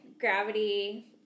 gravity